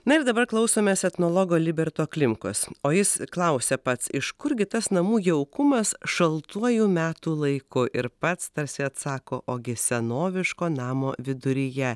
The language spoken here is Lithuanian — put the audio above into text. na ir dabar klausomės etnologo liberto klimkos o jis klausia pats iš kurgi tas namų jaukumas šaltuoju metų laiku ir pats tarsi atsako ogi senoviško namo viduryje